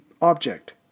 object